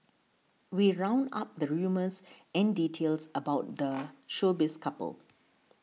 we round up the rumours and details about the showbiz couple